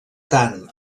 tant